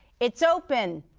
it's open,